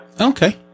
Okay